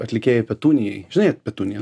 atlikėjai petunijai žinai petuniją